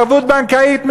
ערבות בנקאית,